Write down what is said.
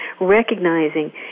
recognizing